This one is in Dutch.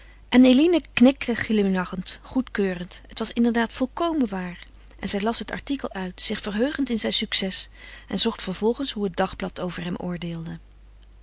en eline knikte glimlachend goedkeurend het was inderdaad volkomen waar en zij las het artikel uit zich verheugend in zijn succes en zocht vervolgens hoe het dagblad over hem oordeelde